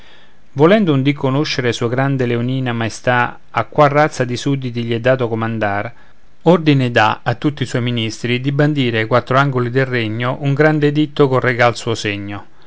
volendo un dì conoscere sua grande leonina maestà a qual razza di sudditi gli è dato comandar ordine dà a tutti i suoi ministri di bandire ai quattro angoli del regno un grand'editto col regal suo segno